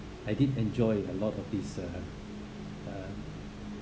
I did enjoy a lot of this uh uh